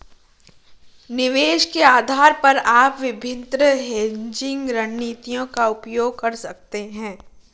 निवेश के आधार पर आप विभिन्न हेजिंग रणनीतियों का उपयोग कर सकते हैं